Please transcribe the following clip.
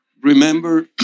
Remember